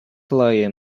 liam